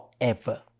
forever